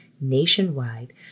nationwide